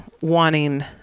wanting